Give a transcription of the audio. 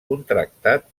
contractat